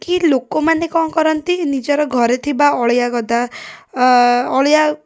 କି ଲୋକମାନେ କ'ଣ କରନ୍ତି ନିଜର ଘରେ ଥିବା ଅଳିଆ ଗଦା ଅଳିଆ